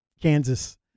Kansas